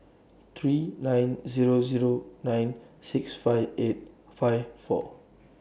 three nine Zero Zero nine six five eight five four